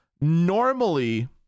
Normally